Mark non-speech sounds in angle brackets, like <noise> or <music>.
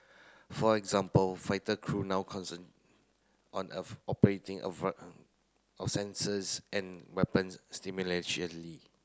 for example fighter crew now concern on if operating a <unintelligible> of sensors and weapons <unintelligible>